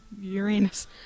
Uranus